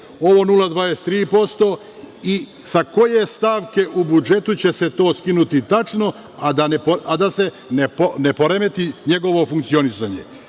ovo 0,23% i sa koje stavke u budžetu će se to skinuti tačno, a da se ne poremeti njegovo funkcionisanje? Znači,